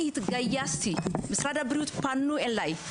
אני התגייסתי, משרד הבריאות פנה אלי.